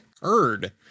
heard